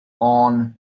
on